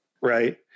right